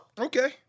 Okay